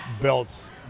belts